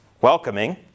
welcoming